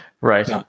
Right